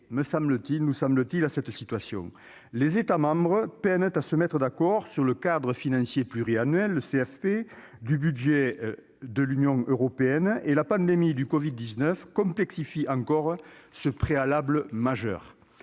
pas étranger à cette situation. Les États membres peinent à se mettre d'accord sur le cadre financier pluriannuel (CFP) du budget de l'Union européenne. La pandémie du Covid-19 complexifie encore ce préalable majeur.